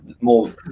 more